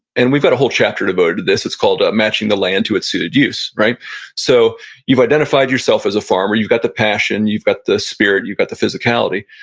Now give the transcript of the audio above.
and we've got a whole chapter devoted to this. it's called matching the land to its suited use. so you've identified yourself as a farmer, you've got the passion, you've got the spirit, you've got the physicality.